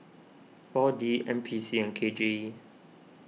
four D N P C and K J E